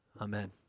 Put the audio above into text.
Amen